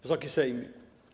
Wysoki Sejmie!